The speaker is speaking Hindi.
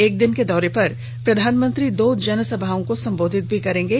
एक दिन के दौरे पर प्रधानमंत्री दो जनसभाओं को भी संबोधित करेंगे